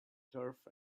turf